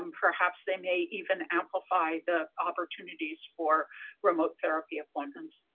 um perhaps they may even amplify the opportunities for remote therapy appointments.